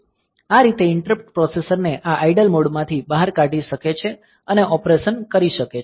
આ રીતે interrupt processor ને આ આઇડલ મોડમાંથી બહાર કાઢી શકે છે અને ઓપરેશન કરી શકે છે